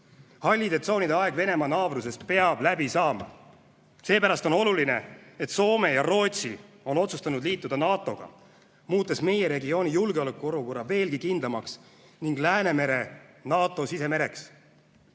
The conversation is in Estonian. Hallide tsoonide aeg Venemaa naabruses peab läbi saama. Seepärast on oluline, et Soome ja Rootsi on otsustanud liituda NATO-ga, muutes meie regiooni julgeolekuolukorra veelgi kindlamaks ning Läänemere NATO sisemereks.